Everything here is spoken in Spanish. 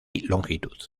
longitud